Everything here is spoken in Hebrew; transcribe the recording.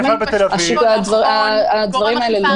הדברים האלה